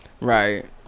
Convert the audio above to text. Right